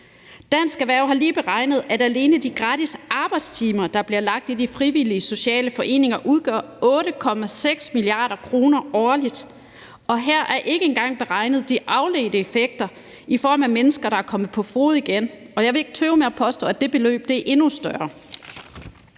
Dansk Erhverv har lige beregnet, at alene de gratis arbejdstimer, der bliver lagt i de frivillige sociale foreninger, udgør 8,6 mia. kr. årligt. Og her er ikke engang beregnet de afledte effekter i form af mennesker, der er kommet på fode igen, jeg vil ikke tøve med at påstå, at det beløb er endnu større.